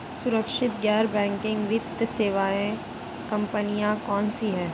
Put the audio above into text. सुरक्षित गैर बैंकिंग वित्त सेवा कंपनियां कौनसी हैं?